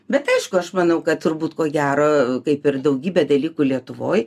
bet aišku aš manau kad turbūt ko gero kaip ir daugybę dalykų lietuvoj